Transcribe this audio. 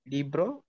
Libro